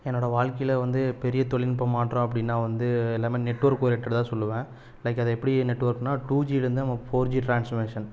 என்னோட வாழ்க்கையில் வந்து பெரிய தொழில்நுட்ப மாற்றம் அப்படின்னா வந்து எல்லாமே நெட்வொர்க் ஓரியன்ட்டடாக தான் சொல்லுவேன் லைக் அதை எப்படி நெட்வொர்க்னா டூ ஜிலேந்து நம்ம ஃபோர் ஜி ட்ரான்ஸ்ஃபர்மேஷன்